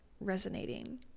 resonating